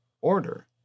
order